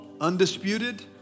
undisputed